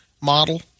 model